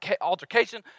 altercation